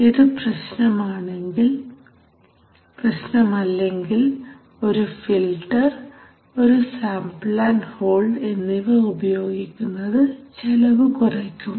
ഇത് പ്രശ്നം അല്ലെങ്കിൽ ഒരു ഫിൽറ്റർ ഒരു സാമ്പിൾ ആൻഡ് ഹോൾഡ് എന്നിവ ഉപയോഗിക്കുന്നത് ചെലവ് കുറയ്ക്കും